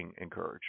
encouraged